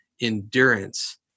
endurance